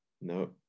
No